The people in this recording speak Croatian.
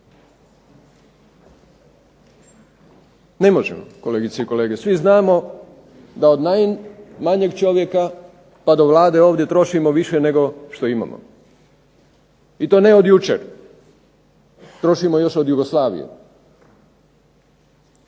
Ne možemo, kolegice i kolege. Svi znamo da od najmanjeg čovjeka pa do Vlade ovdje trošimo više nego što imamo i to ne od jučer, trošimo još od Jugoslavije.